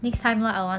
ya